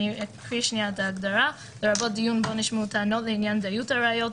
אקרא את ההגדרה: "לרבות דיון בו נשמעו טענות לעניין דיות הראיות,